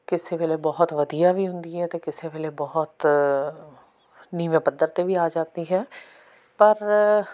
ਕਿਸੇ ਵੇਲੇ ਬਹੁਤ ਵਧੀਆ ਵੀ ਹੁੰਦੀ ਹੈ ਅਤੇ ਕਿਸੇ ਵੇਲੇ ਬਹੁਤ ਨੀਵੇਂ ਪੱਧਰ 'ਤੇ ਵੀ ਆ ਜਾਂਦੀ ਹੈ ਪਰ